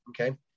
okay